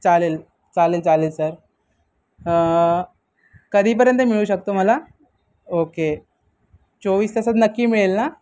चालेल चालेल चालेल सर कधीपर्यंत मिळू शकतो मला ओके चोवीस तासात नक्की मिळेल ना